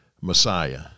Messiah